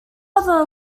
other